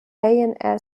and